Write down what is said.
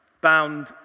bound